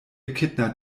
kittner